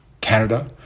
Canada